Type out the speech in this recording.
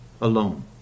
alone